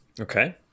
Okay